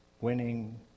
winning